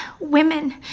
women